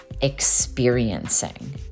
experiencing